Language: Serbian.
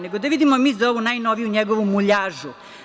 Nego, da vidimo mi za ovu najnoviju njegovu muljažu.